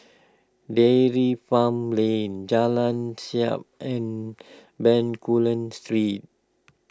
Dairy Farm Lane Jalan Siap and Bencoolen Street